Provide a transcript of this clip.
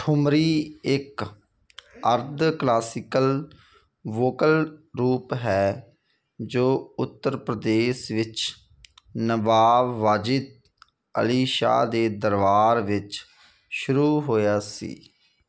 ਠੁਮਰੀ ਇੱਕ ਅਰਧ classical vocal ਰੂਪ ਹੈ ਜੋ ਉੱਤਰ ਪ੍ਰਦੇਸ਼ ਵਿੱਚ ਨਵਾਬ ਵਾਜਿਦ ਅਲੀ ਸ਼ਾਹ ਦੇ ਦਰਬਾਰ ਵਿੱਚ ਸ਼ੁਰੂ ਹੋਇਆ ਸੀ